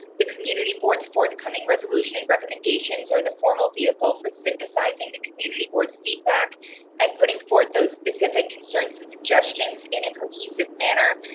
the community boards forthcoming resolution and recommendations are the formal vehicle for synthesizing community boards, feedback and putting forth. those specific concerns. and suggestions in a cohesive manner,